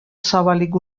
zabalik